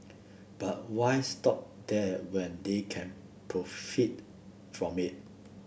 but why stop there when they can profit from it